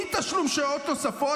אי-תשלום שעות נוספות,